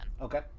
okay